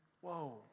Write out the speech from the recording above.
Whoa